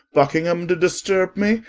buckingham to disturbe me?